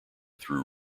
through